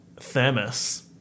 thermos